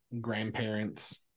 grandparents